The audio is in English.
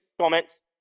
comments